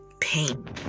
Pain